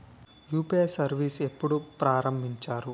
UPI service ఎప్పుడు ప్రారంభించారు?